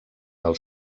del